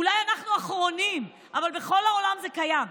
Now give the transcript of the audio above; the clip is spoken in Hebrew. אולי אנחנו האחרונים, בכל העולם זה קיים.